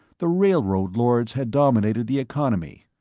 the railroad lords had dominated the economy,